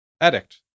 addict